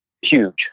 huge